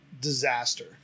disaster